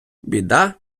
біда